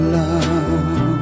love